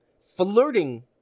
Flirting